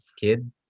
kid